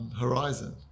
Horizon